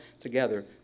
together